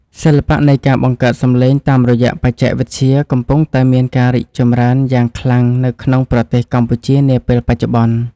សិល្បៈនៃការបង្កើតសំឡេងតាមរយៈបច្ចេកវិទ្យាកំពុងតែមានការរីកចម្រើនយ៉ាងខ្លាំងនៅក្នុងប្រទេសកម្ពុជានាពេលបច្ចុប្បន្ន។